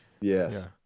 Yes